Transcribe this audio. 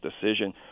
decision